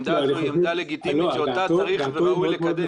העמדה הזו היא עמדה לגיטימית שאותה צריך וראוי לקדם.